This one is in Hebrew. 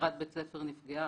מזכירת בית ספר נפגעה,